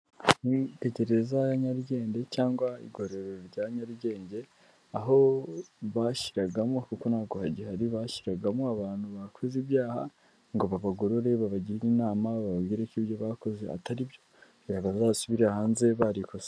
Muri gereza ya nyarugenge, cyangwa igororo rya nyarugenge, aho bashyiragamo, kuko ntago bagihari, bashyiragamo abantu bakoze ibyaha, ngo babagorore, babagire inama, bababwire ko ibyo bakoze atari byo, bazasubire hanze bari ikosoye.